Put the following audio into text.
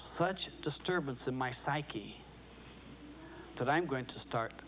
such a disturbance in my psyche that i'm going to start